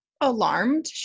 alarmed